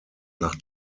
nach